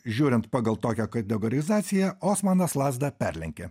žiūrint pagal tokią kategorizaciją osmanas lazdą perlenkė